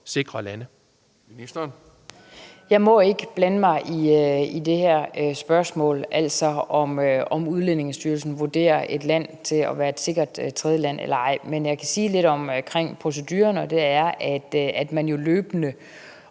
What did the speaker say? Støjberg): Jeg må ikke blande mig i det her spørgsmål, altså om Udlændingestyrelsen vurderer et land til at være et sikkert tredjeland eller ej. Men jeg kan sige lidt om proceduren, og det er, at man jo løbende